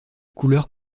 couleur